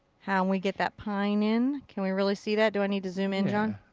how we get that pine in. can we really see that? do i need to zoom in, john?